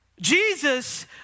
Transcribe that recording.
Jesus